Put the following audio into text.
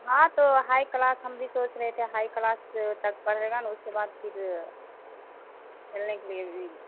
ہاں تو high class ہم بھی سوچ رہے تھے ہائی کلاس تک پڑھ لے گا نا اس کے بعد پھر کھیلنے کے لیے بھی